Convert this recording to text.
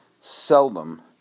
seldom